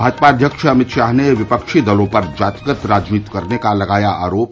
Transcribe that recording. भाजपा अध्यक्ष अमित शाह ने विपक्षी दलों पर जातिगत राजनीति करने का लगाया आरोप